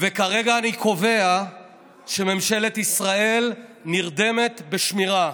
וכרגע אני קובע שממשלת ישראל נרדמת בשמירה.